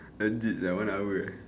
legit that one hour